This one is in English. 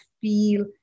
feel